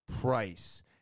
price